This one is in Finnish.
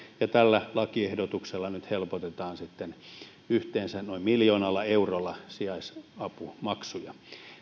ja tällä lakiehdotuksella nyt helpotetaan yhteensä noin miljoonalla eurolla sijaisapumaksuja